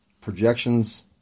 projections